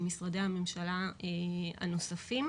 עם משרדי הממשלה הנוספים.